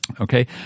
Okay